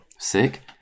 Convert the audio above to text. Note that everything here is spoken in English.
Sick